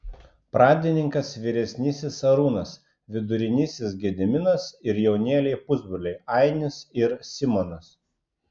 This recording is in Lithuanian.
pradininkas vyresnysis arūnas vidurinysis gediminas ir jaunėliai pusbroliai ainis ir simonas